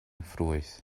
ffrwyth